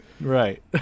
Right